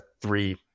three